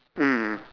mm